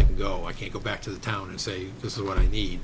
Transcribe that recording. i go i can't go back to the town and say this is what i need